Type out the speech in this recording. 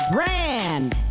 Brand